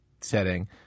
setting